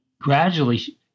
gradually